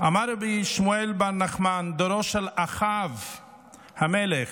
"אמר רבי שמואל בר נחמן: דורו של אחאב" המלך,